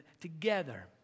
together